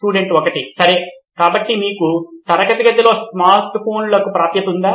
student 1 సరే కాబట్టి మీకు తరగతి గదిలో స్మార్ట్ ఫోన్లకు ప్రాప్యత ఉందా